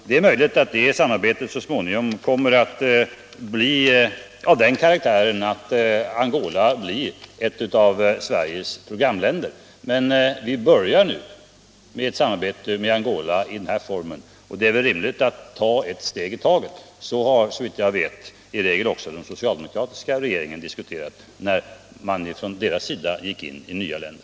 Det är möjligt att det samarbetet så småningom kommer att bli av den karaktären att Angola blir ett av Sveriges programländer. Vi börjar nu med samarbete med Angola i den här formen, och det är väl rimligt att ta ett steg i taget. Så diskuterade, såvitt jag vet, i regel också den socialdemokratiska regeringen när den gick in i nya länder.